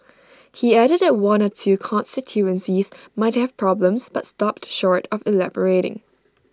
he added that one or two constituencies might have problems but stopped short of elaborating